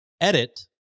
Edit